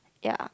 ya